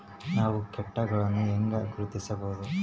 ನಾವು ಕೇಟಗಳನ್ನು ಹೆಂಗ ಗುರ್ತಿಸಬಹುದು?